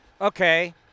Okay